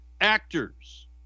actors